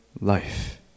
life